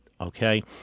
okay